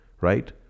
right